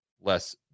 less